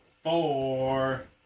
four